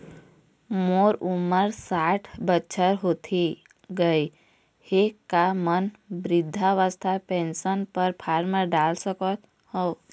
मोर उमर साठ बछर होथे गए हे का म वृद्धावस्था पेंशन पर फार्म डाल सकत हंव?